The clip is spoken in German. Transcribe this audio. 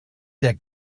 der